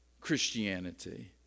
Christianity